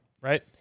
right